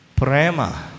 prema